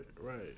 right